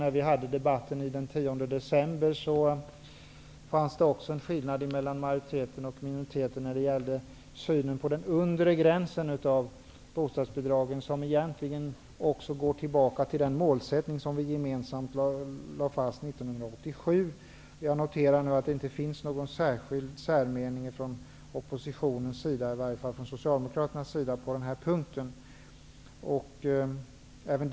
När vi hade debatten den 10 december fanns det en skillnad mellan majoriteten och minoriteten när det gällde synen på den undre gränsen för bostadsbidragen, som egentligen går tillbaka till den målsättning som vi gemensamt lade fast 1987. Jag noterar att det nu inte finns någon särmening från oppositionens, i varje fall inte från Socialdemokraternas, sida på den punkten.